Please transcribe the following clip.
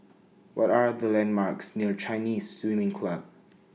What Are The landmarks near Chinese Swimming Club